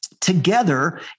together